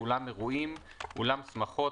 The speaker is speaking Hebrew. "אולם אירועים" אולם שמחות,